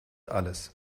alles